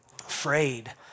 afraid